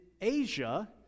Asia